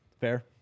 Fair